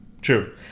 true